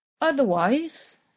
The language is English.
Otherwise